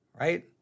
right